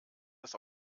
das